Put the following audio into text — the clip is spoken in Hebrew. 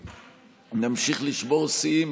שנמשיך לשבור שיאים,